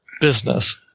business